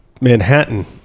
Manhattan